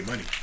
Money